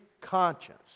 conscience